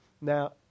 Now